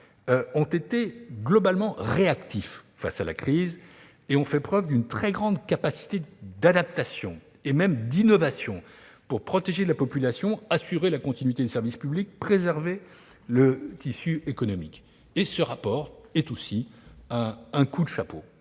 ont été globalement réactifs. Ils ont fait preuve d'une très grande capacité d'adaptation, et même d'innovation, pour protéger la population, pour assurer la continuité du service public et pour préserver le tissu économique. Dans ce rapport, nous leur tirons un coup de chapeau,